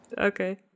okay